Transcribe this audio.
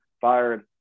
fired